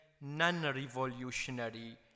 non-revolutionary